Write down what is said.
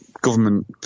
government